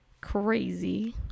crazy